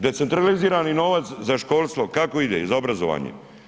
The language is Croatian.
Decentralizirani novac za školstvo, kako ide iz obrazovanja?